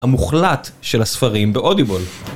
המוחלט של הספרים באודיבול.